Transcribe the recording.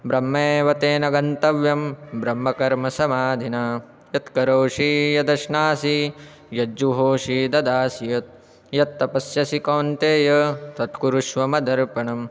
ब्रह्मैव तेन गन्तव्यं ब्रह्मकर्मसमाधिना यत् करोषि यदश्नासि यज्जुहोषि ददासि यत् यत् तपस्यसि कौन्तेय तत्कुरुष्व मदर्पणम्